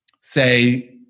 say